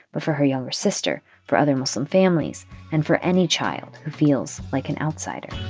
but for her younger sister, for other muslim families and for any child who feels like an outsider